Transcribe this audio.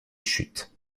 chute